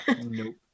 Nope